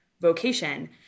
vocation